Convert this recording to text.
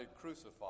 crucified